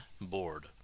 board